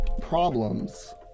Problems